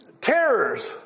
terrors